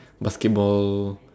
basketball